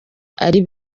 ari